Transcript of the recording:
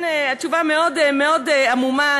התשובה מאוד עמומה,